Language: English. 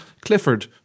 Clifford